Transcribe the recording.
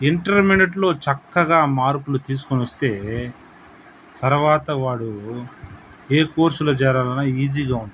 ఇంటర్మీడియట్లో చక్కగా మార్కులు తీసుకొని వస్తే తర్వాత వాడు ఏ కోర్స్లో చేరాలన్నా ఈజీగా ఉంటుంది